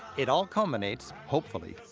it all culminates, hopefully,